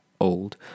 old